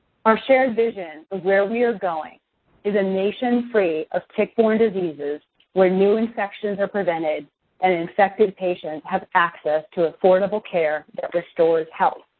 our shared vision of where we are going is a nation free of tick-borne diseases where new infections are prevented and infected patients have access to affordable care that restores health.